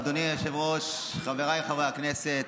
אדוני היושב-ראש, חבריי חברי הכנסת,